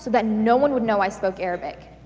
but no one would know i spoke arabic.